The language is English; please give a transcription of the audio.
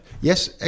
Yes